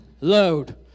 load